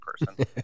person